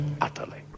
utterly